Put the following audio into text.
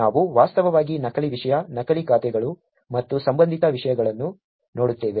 ನಾವು ವಾಸ್ತವವಾಗಿ ನಕಲಿ ವಿಷಯ ನಕಲಿ ಖಾತೆಗಳು ಮತ್ತು ಸಂಬಂಧಿತ ವಿಷಯಗಳನ್ನು ನೋಡುತ್ತೇವೆ